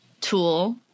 tool